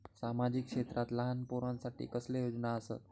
सामाजिक क्षेत्रांत लहान पोरानसाठी कसले योजना आसत?